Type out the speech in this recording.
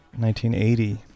1980